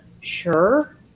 sure